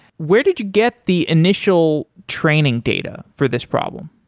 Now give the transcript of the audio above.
where did you get the initial training data for this problem?